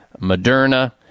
Moderna